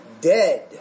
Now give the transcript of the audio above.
Dead